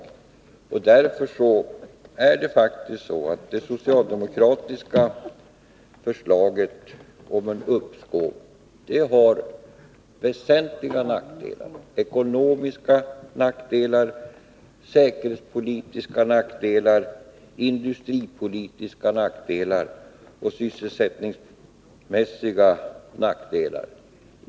Därför har det socialdemokratiska förslaget om ett uppskov faktiskt väsentliga nackdelar. Det gäller ekonomiska, säkerhetspolitiska, industripolitiska och sysselsättningsmässiga nackdelar.